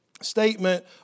statement